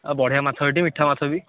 ଆ ବଢ଼ିଆ ମାଛ ଏଠି ମିଠା ମାଛ ବି